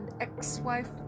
ex-wife